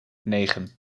negen